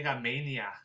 Mania